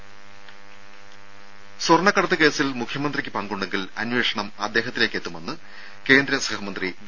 രും സ്വർണക്കടത്ത് കേസിൽ മുഖ്യമന്ത്രിക്ക് പങ്കുണ്ടെങ്കിൽ അന്വേഷണം അദ്ദേഹത്തിലേക്കെത്തുമെന്ന് കേന്ദ്ര സഹമന്ത്രി വി